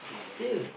still